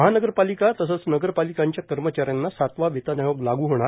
महानगरपालिका तसंच नगरपालिकांच्या कर्मचाऱ्यांना सातवा वेतन आयोग लागु होणार